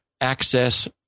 access